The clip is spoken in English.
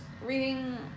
reading